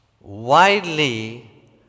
widely